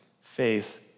faith